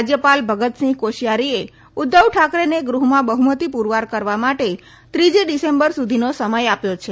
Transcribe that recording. રાજયપાલ ભગતસિંહ કોશીયારીએ ઉધ્ધવ ઠાકરેને ગૃહમાં બહુમતી પુરવાર કરવા માટે ત્રીજી ડિસેમ્બર સુધીનો સમય આપ્યો છે